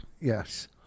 Yes